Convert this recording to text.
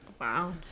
Wow